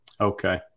Okay